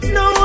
no